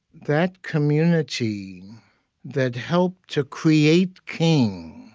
that community that helped to create king,